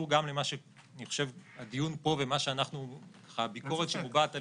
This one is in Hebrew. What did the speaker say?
זה קשור גם לדיון פה ולביקורת שמובעת עלינו,